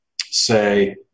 say